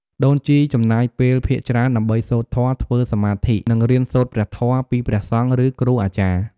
ដូនជីចំណាយពេលភាគច្រើនដើម្បីសូត្រធម៌ ធ្វើសមាធិ និងរៀនសូត្រព្រះធម៌ពីព្រះសង្ឃ ឬគ្រូអាចារ្យ។